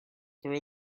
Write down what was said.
throw